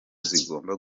zigomba